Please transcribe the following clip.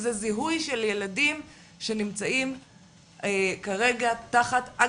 שזה זיהוי של ילדים שנמצאים כרגע תחת ---.